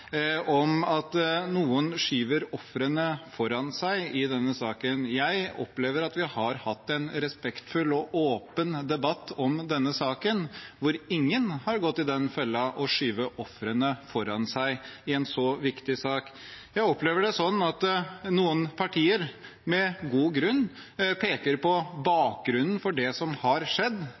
at noen skyver ofrene foran seg i denne saken. Jeg opplever at vi har hatt en respektfull og åpen debatt om denne saken, hvor ingen i en så viktig sak har gått i den fella å skyve ofrene foran seg. Jeg opplever det som at noen partier med god grunn peker på bakgrunnen for det